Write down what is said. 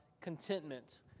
contentment